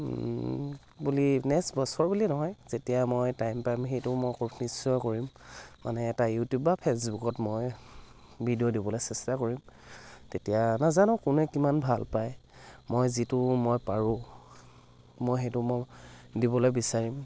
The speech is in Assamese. বুলি নেক্সট বছৰ বুলিয়ে নহয় যেতিয়া মই টাইম পাম সেইটো মই ক নিশ্চয় কৰিম মানে এটা ইউটিউব বা ফেচবুকত মই ভিডিঅ' দিবলৈ চেষ্টা কৰিম তেতিয়া নাজানো কোনে কিমান ভাল পায় মই যিটো মই পাৰোঁ মই সেইটো মই দিবলৈ বিচাৰিম